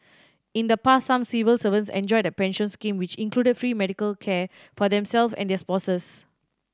in the past some civil servants enjoyed a pension scheme which included free medical care for themselves and their spouses